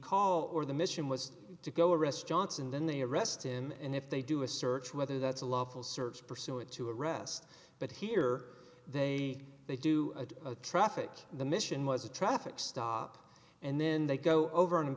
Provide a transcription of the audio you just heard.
call or the mission was to go arrest johnson then they arrest him and if they do a search whether that's a lawful search pursuant to arrest but here they they do a traffic the mission was a traffic stop and then they go over and